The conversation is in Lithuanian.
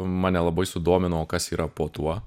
mane labai sudomino o kas yra po tuo